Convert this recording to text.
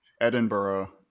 edinburgh